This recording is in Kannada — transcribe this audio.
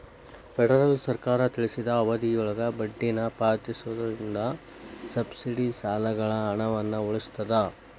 ಫೆಡರಲ್ ಸರ್ಕಾರ ತಿಳಿಸಿದ ಅವಧಿಯೊಳಗ ಬಡ್ಡಿನ ಪಾವತಿಸೋದ್ರಿಂದ ಸಬ್ಸಿಡಿ ಸಾಲಗಳ ಹಣವನ್ನ ಉಳಿಸ್ತದ